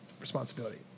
responsibility